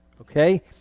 Okay